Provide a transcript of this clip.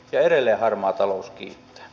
edelleen harmaa talous kiittää